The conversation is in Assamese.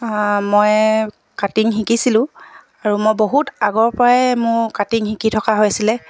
মই কাটিং শিকিছিলোঁ আৰু মই বহুত আগৰপৰাই মোৰ কাটিং শিকি থকা হৈছিলে